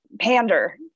pander